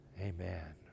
Amen